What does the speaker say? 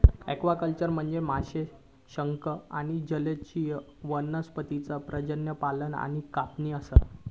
aquaculture म्हनजे माशे, शंख आणि जलीय वनस्पतींचा प्रजनन, पालन आणि कापणी असा